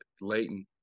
Leighton